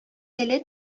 теле